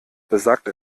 besagt